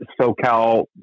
SoCal